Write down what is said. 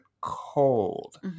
cold